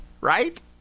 Right